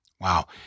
Wow